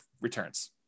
returns